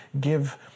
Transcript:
give